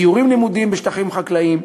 סיורים לימודיים בשטחים חקלאיים,